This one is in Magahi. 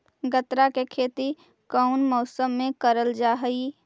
गन्ना के खेती कोउन मौसम मे करल जा हई?